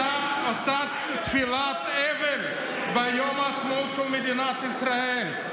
אותה תפילת אבל ביום העצמאות של מדינת ישראל,